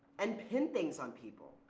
and pin things on people.